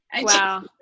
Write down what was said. Wow